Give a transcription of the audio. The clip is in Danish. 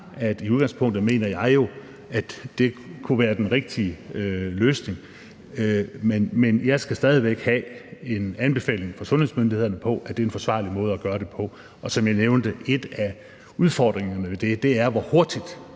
i udgangspunktet mener, at det kunne være den rigtige løsning. Men jeg skal stadig væk have en anbefaling fra sundhedsmyndighederne på, at det er en forsvarlig måde at gøre det på, og som jeg nævnte, er en af udfordringerne ved det, hvor hurtigt